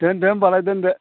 दोनदो होनबालाय दोनदो